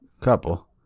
couple